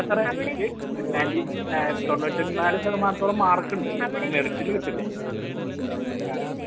അല്ല സാറേ എനിക്ക് നയൻ്റി തൊണ്ണൂറ്റി നാല് ശതമാനത്തോളം മാർക്ക് ഉണ്ട് മെറിറ്റില് കിട്ടില്ലേ ആ